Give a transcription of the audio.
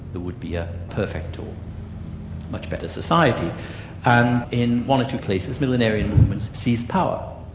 there would be a perfect or much better society. and in one or two places, millenarian movements seized power.